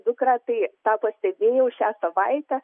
dukrą tai tą pastebėjau šią savaitę